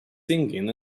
singing